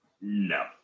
No